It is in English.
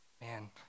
man